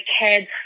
kids